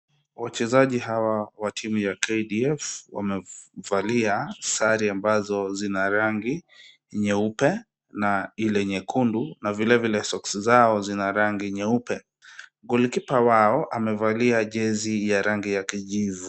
Wachezaji hawa wa timu ya KDF wamevalia sare ambazo zina rangi nyeupe na ile nyekundu na vilevile soksi zao zina rangi nyeupe. Golikipa wao amevalia jezi ya rangi ya kijivu.